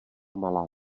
malá